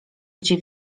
gdzie